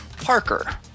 Parker